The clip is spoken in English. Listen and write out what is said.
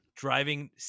Driving